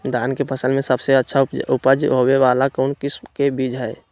धान के फसल में सबसे अच्छा उपज होबे वाला कौन किस्म के बीज हय?